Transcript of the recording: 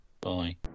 Bye